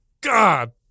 god